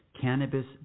Cannabis